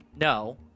No